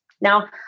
Now